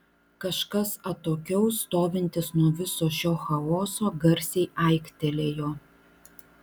kažkas atokiau stovintis nuo viso šio chaoso garsiai aiktelėjo